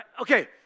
Okay